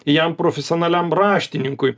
jam profesionaliam raštininkui